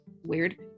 weird